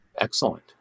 Excellent